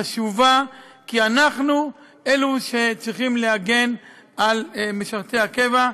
חשובה, כי אנחנו אלה שצריכים להגן על משרתי הקבע.